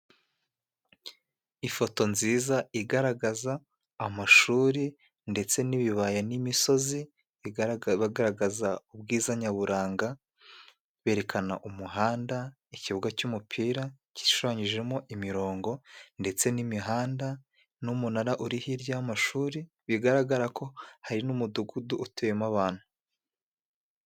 Ifoto nziza igaragaza amashuri ndetse n'ibibaya n'imisozi bagaragaza ubwiza nyaburanga, berekana umuhanda, ikibuga cy'umupira gishushanyijemo imirongo, ndetse n'imihanda n'umunara uri hirya y'amashuri bigaragara ko hari n'umudugudu utuyemo abantu.